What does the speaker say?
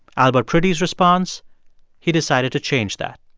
albert priddy's response he decided to change that.